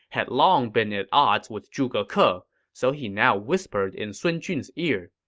had long been at odds with zhuge ke. ah so he now whispered in sun jun's ear.